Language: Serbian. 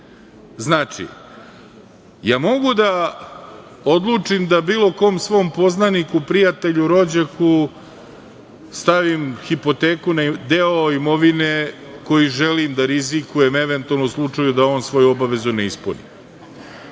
duga. Znači, ja mogu da odlučim da bilo kom svom poznaniku, prijatelju, rođaku stavim hipoteku na deo imovine koju želim da rizikujem, eventualno u slučaju da on svoju obavezu ne ispuni.